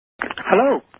Hello